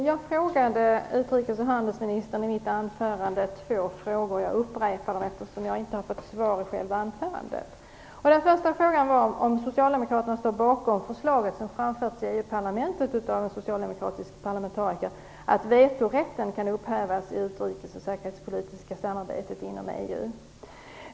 Fru talman! I mitt anförande ställde jag två frågor till utrikes och handelsministern. Jag upprepar dem, eftersom jag inte har fått något svar i själva anförandet. Den första frågan var: Står socialdemokraterna bakom det förslag som har framförts i EU-parlamentet av en socialdemokratisk parlamentariker om upphävandet av vetorätten i det utrikes och säkerhetspolitiska samarbetet inom EU?